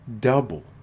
double